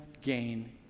gain